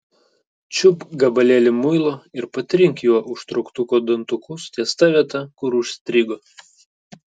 čiupk gabalėlį muilo ir patrink juo užtrauktuko dantukus ties ta vieta kur užstrigo